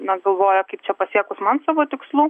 negalvoja kaip čia pasiekus man savo tikslų